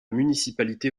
municipalité